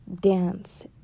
dance